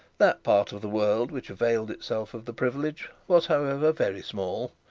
that part of the world which availed itself of the privilege was however very small.